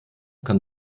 kann